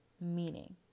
meaning